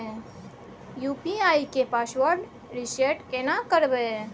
UPI के password reset केना करबे?